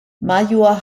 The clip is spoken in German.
major